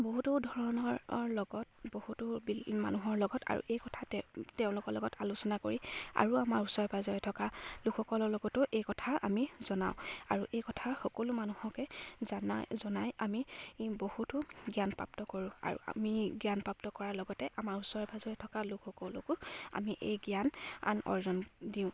বহুতো ধৰণৰ লগত বহুতো বিল মানুহৰ লগত আৰু এই কথা তেওঁ তেওঁলোকৰ লগত আলোচনা কৰি আৰু আমাৰ ওচৰে পাজৰে থকা লোকসকলৰ লগতো এই কথা আমি জনাওঁ আৰু এই কথা সকলো মানুহকে জানাই জনাই আমি বহুতো জ্ঞান প্ৰাপ্ত কৰোঁ আৰু আমি জ্ঞান প্ৰাপ্ত কৰাৰ লগতে আমাৰ ওচৰে পাজৰে থকা লোকসকলকো আমি এই জ্ঞান আন অৰ্জন দিওঁ